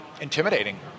intimidating